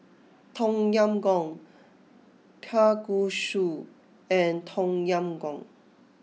Tom Yam Goong Kalguksu and Tom Yam Goong